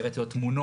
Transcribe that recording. והראיתי לו תמונות,